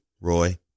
Roy